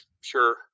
sure